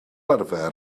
arfer